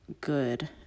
good